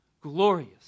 glorious